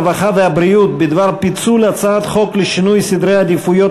הרווחה והבריאות בדבר פיצול הצעת חוק לשינוי סדרי עדיפויות